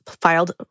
filed